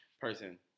person